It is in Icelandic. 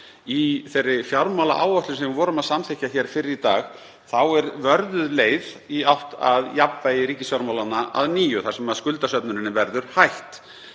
Í þeirri fjármálaáætlun sem við vorum að samþykkja hér fyrr í dag er vörðuð leið í átt að jafnvægi ríkisfjármálanna að nýju þar sem skuldasöfnuninni verður hætt.